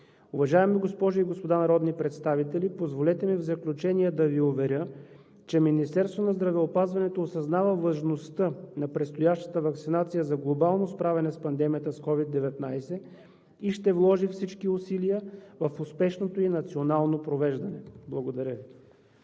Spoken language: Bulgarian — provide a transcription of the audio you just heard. Уважаеми госпожи и господа народни представители, позволете ми в заключение да Ви уверя, че Министерството на здравеопазването осъзнава важността на предстоящата ваксинация за глобално справяне с пандемията с COVID-19 и ще вложи всички усилия в успешното ѝ национално провеждане. Благодаря Ви.